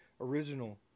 original